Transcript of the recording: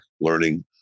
learning